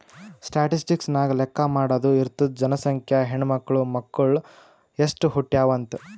statistics ನಾಗ್ ಲೆಕ್ಕಾ ಮಾಡಾದು ಇರ್ತುದ್ ಜನಸಂಖ್ಯೆ, ಹೆಣ್ಮಕ್ಳು, ಮಕ್ಕುಳ್ ಎಸ್ಟ್ ಹುಟ್ಯಾವ್ ಅಂತ್